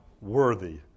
worthy